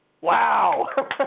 Wow